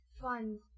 fun